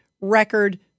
record